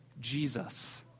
Jesus